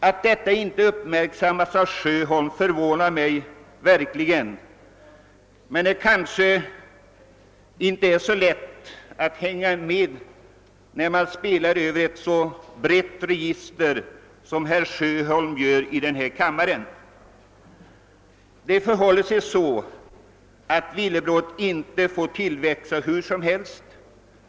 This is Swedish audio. Det förvånar mig mycket att herr Sjöholm inte har uppmärksammat den saken, men det är kanske inte alltid så lätt att hänga med när man spelar över ett så brett register som herr Sjöholm gör i denna kammare. Vidare får villebrådet inte tillväxa hur som helst.